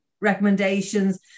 recommendations